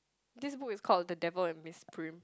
this book is called the-devil-and-Miss-Prym